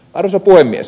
arvoisa puhemies